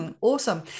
Awesome